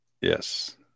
Yes